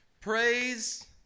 praise